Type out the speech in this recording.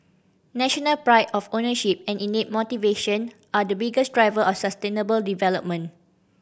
national pride of ownership and innate motivation are the biggest driver of sustainable development